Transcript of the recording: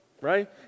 right